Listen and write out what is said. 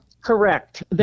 Correct